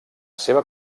seva